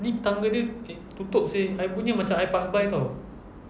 ini tangga dia tutup seh I punya macam I pass by [tau]